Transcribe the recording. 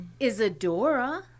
Isadora